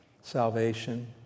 salvation